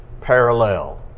parallel